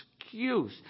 excuse